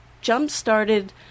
jump-started